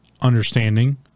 Understanding